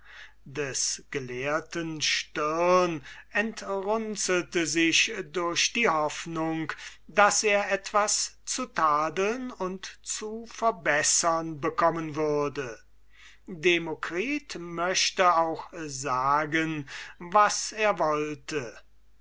des gelehrten stirne entrunzelte sich durch die hoffnung daß er etwas zu tadeln und zu verbessern bekommen würde demokritus möchte auch sagen was er wollte